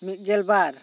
ᱢᱤᱫ ᱜᱮᱞ ᱵᱟᱨ